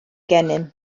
gennym